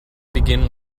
begin